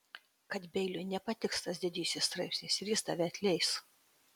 kad beiliui nepatiks tas didysis straipsnis ir jis tave atleis